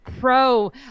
pro